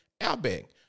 Outback